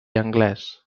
anglès